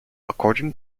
according